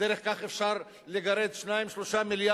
שדרך כך אפשר לגרד 2 3 מיליארד